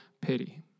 pity